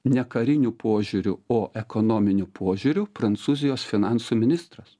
ne kariniu požiūriu o ekonominiu požiūriu prancūzijos finansų ministras